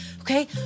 okay